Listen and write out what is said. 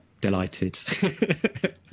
delighted